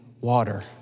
water